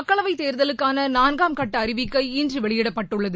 மக்களவைத் தேர்தலுக்கான நான்காம் கட்ட அறிவிக்கை இன்று வெளியிடப்பட்டுள்ளது